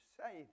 say